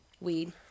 Weed